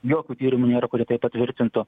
jokių tyrimų nėra kurie tai patvirtintų